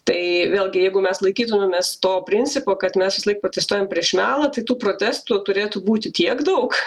tai vėlgi jeigu mes laikytumėmės to principo kad mes visąlaik protestuojam prieš melą tai tų protestų turėtų būti tiek daug